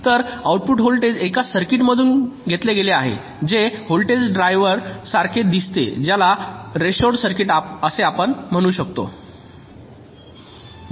तर output voltage एका सर्किटमधून घेतले गेले आहे जे व्होल्टेज डिव्हायडर सारखे दिसते ज्याला सामान्यत रेशोईड सर्किट असे आपण म्हणतो